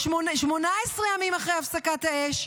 18 ימים אחרי הפסקת האש,